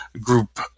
group